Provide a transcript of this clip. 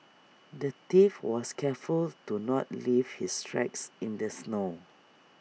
the thief was careful to not leave his tracks in the snow